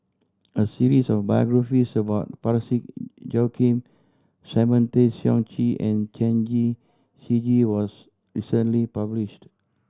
a series of biographies about Parsick Joaquim Simon Tay Seong Chee and Chen Shiji was recently published